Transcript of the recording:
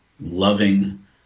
loving